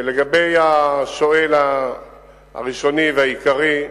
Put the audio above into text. לגבי השואל הראשוני והעיקרי,